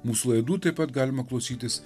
mūsų laidų taip pat galima klausytis